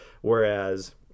Whereas